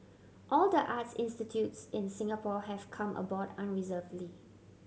all the arts institutes in Singapore have come aboard unreservedly